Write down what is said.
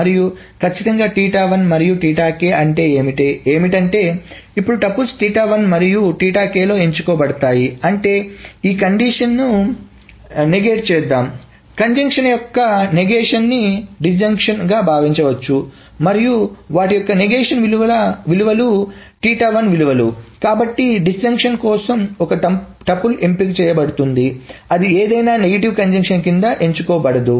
మరియు కచ్చితంగా మరియు ఏమిటంటే ఎప్పుడు టుపుల్స్ మరియు లో ఎంచుకోబడతాయి అంటే ఈ కండిషన్ ని రివర్స్ చేద్దాం కంజంక్షన్ యొక్క నగేష్షన్ నీ డిష్జంక్షన్ గా భావించవచ్చు మరియు వాటి యొక్క నగేష్షన్ విలువలు విలువలు కాబట్టి డిష్జంక్షన్ కోసం ఒక టుపుల్ ఎంపిక చేయబడుతుంది అది ఏదైనా నెగిటివ్ కంజంక్షన్ కింద ఎంచుకోబడదు